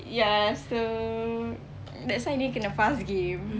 ya so that's why ni kena fast game